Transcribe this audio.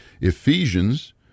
Ephesians